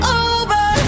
over